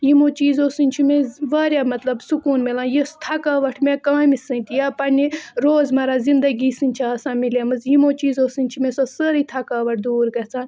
یِمو چیٖزو سۭتۍ چھُ مےٚ واریاہ مطلب سُکوٗن میلان یِژھ تھکاوَٹ مےٚ کامہِ سۭتۍ یا پننہِ روزمَرہ زِندگی سۭتۍ چھِ آسان مِلیٛامٕژ یِمو چیٖزو سۭتۍ چھِ مےٚ سۄ سٲرٕے تھکاوَٹ دوٗر گژھان